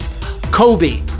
Kobe